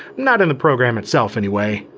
not in the program itself anyway.